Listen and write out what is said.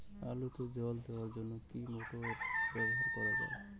আলুতে জল দেওয়ার জন্য কি মোটর ব্যবহার করা যায়?